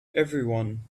everyone